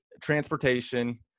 transportation